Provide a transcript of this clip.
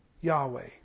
Yahweh